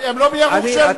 הם לא מיהרו כשהם,